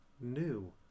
new